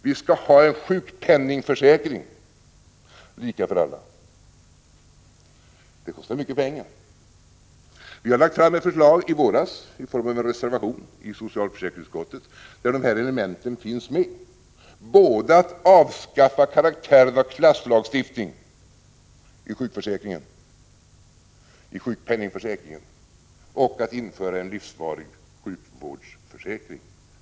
Vi skall vidare ha en sjukpenningförsäkring lika för alla. Det kostar mycket pengar. Vi har lagt fram ett förslag i våras i form av en reservation i socialförsäkringsutskottet där dessa element finns med — både att avskaffa karaktären av klasslagstiftning i sjukpenningförsäkringen och att införa en livsvarig sjukvårdsförsäkring.